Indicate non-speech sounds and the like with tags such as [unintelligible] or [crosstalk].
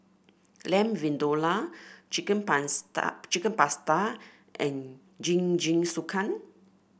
Lamb Vindaloo Chicken [unintelligible] Chicken Pasta and [unintelligible] Jingisukan